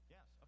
Yes